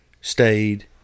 stayed